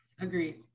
Agreed